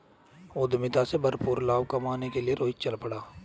उद्यमिता से भरपूर लाभ कमाने के लिए रोहित चल पड़ा